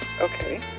okay